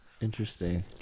interesting